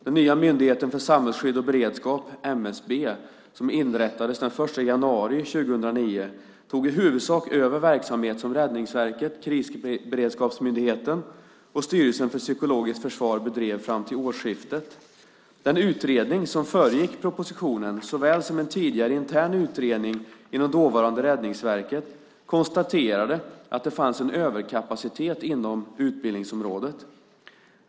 Den nya Myndigheten för samhällsskydd och beredskap, MSB, som inrättades den 1 januari 2009 tog i huvudsak över verksamhet som Räddningsverket, Krisberedskapsmyndigheten och Styrelsen för psykologiskt försvar bedrev fram till årsskiftet. Den utredning som föregick propositionen såväl som en tidigare intern utredning inom dåvarande Räddningsverket konstaterade att det fanns en överkapacitet inom utbildningsområdet.